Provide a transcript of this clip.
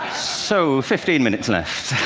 so, fifteen minutes left.